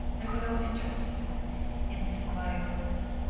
they have no interest in in symbiosis.